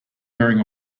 wearing